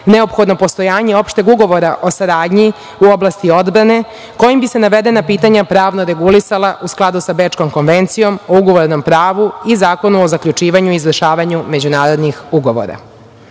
neophodno postojanje opšteg ugovora o saradnji u oblasti odbrane kojim bi se navedena pitanja pravno regulisala u skladu sa Bečkom konvencijom o ugovornom pravu i Zakonu o zaključivanju i izvršavanju međunarodnih ugovora. Iz